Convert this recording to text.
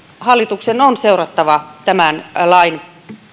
hallituksen on seurattava tämän lain